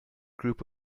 group